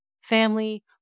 family